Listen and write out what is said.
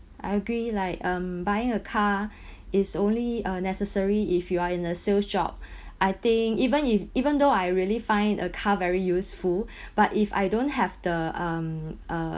I agree like um buying a car is only uh necessary if you are in a sales job I think even if even though I really find a car very useful but if I don't have the um uh